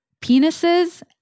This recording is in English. penises